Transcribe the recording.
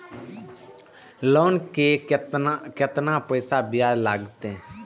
Loan के केतना पैसा ब्याज लागते?